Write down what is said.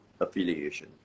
affiliation